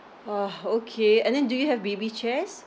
ah okay and then do you have baby chairs